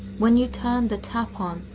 when you turned the tap on,